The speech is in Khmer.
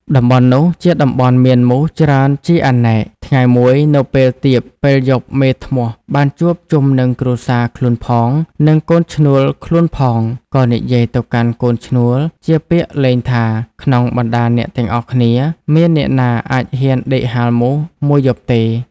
តំបន់នោះ ជាតំបន់មានមូសច្រើនជាអនេក ថ្ងៃមួយនៅពេលទៀបពេលយប់មេធ្នស់ បានជួបជុំនឹងគ្រួសារ ខ្លួនផង និងកូនឈ្នួលខ្លួនផង ក៏និយាយទៅកាន់កូនឈ្នួលជាពាក្យលេងថា ក្នុងបណ្តាអ្នកទាំងអស់គ្នា មានអ្នកណាអាចហ៊ានដេកហាលមូស ១ យប់ទេ។